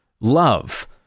love